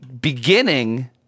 beginning